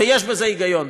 ויש בזה היגיון,